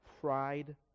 pride